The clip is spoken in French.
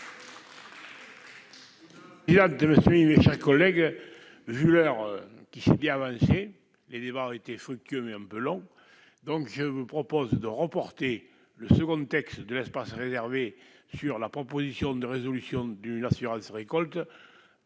mes chers collègues, vu l'heure qui suit bien avancé, les débats été fructueux, mais un peu long, donc je vous propose de remporter le second texte de l'espace réservé sur la proposition de résolution d'une assurance récolte